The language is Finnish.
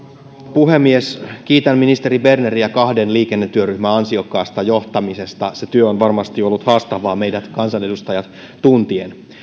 puhemies kiitän ministeri berneriä kahden liikennetyöryhmän ansiokkaasta johtamisesta se työ on varmasti ollut haastavaa meidät kansanedustajat tuntien